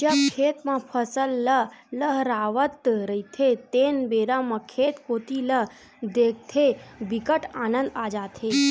जब खेत म फसल ल लहलहावत रहिथे तेन बेरा म खेत कोती ल देखथे बिकट आनंद आ जाथे